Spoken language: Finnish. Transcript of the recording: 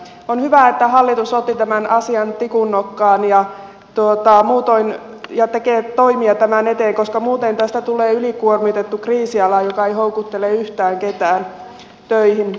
on hyvä että hallitus otti tämän asian tikunnokkaan ja tekee toimia tämän eteen koska muuten tästä tulee ylikuormitettu kriisiala joka ei houkuttele yhtään ketään töihin